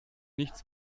nichts